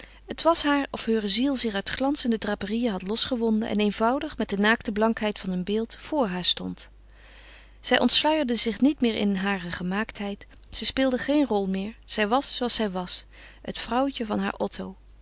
het was haar of heure ziel zich uit glanzende draperieën had losgewonden en eenvoudig met de naakte blankheid van een beeld vor haar stond zij ontsluierde zich niet meer in hare gemaaktheid ze speelde geen rol meer zij was zooals zij was het vrouwtje van haar otto